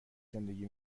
زندگی